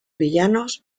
villanos